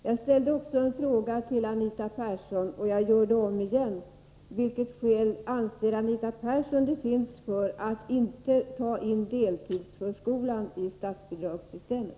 Jag ställde en fråga till Anita Persson, och jag tänker upprepa min fråga: Vilka skäl anser Anita Persson det finns för att inte ta in deltidsförskolan i statsbidragssystemet?